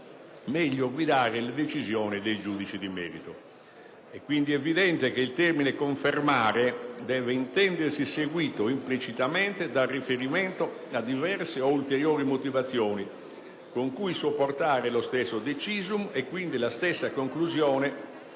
meglio guidare la decisione dei giudici di merito. È evidente che il confermare deve intendersi seguito implicitamente dal riferimento a diverse o ulteriori motivazioni con cui supportare lo stesso *decisum* e quindi la stessa conclusione